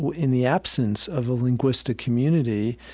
in the absence of a linguistic community.